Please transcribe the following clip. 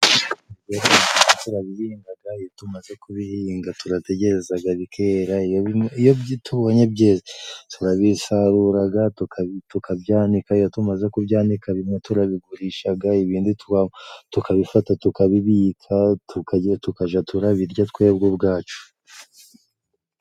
Ibigori turabihingaga, iyo tumaze kubihinga turategerezaga bikera, iyo tubonye byeze turabisaruraga tukabyanika, bimwe turabigurishaga ibindi tukabifata tukabibika tukajya turabirya twebwe ubwacu.